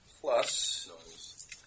plus